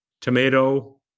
tomato